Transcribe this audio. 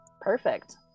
Perfect